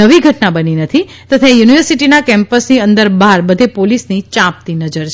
નવી ઘટના બની નથી તથા યુનિવર્સિટીના કેમ્પસની અંદરબહાર બધે પોલીસની યાંપતી નજર છે